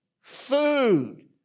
food